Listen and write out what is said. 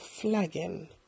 flagging